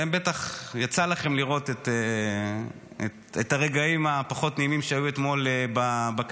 בטח יצא לכן לראות את הרגעים הפחות נעימים שהיו אתמול בכנסת.